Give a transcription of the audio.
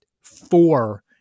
four